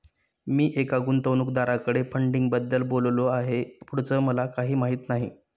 मी एका गुंतवणूकदाराकडे फंडिंगबद्दल बोललो आहे, पुढचं मला काही माहित नाही